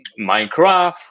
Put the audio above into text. Minecraft